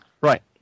Right